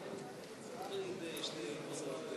לשנת הכספים 2017,